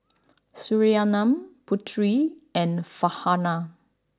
Surinam Putri and Farhanah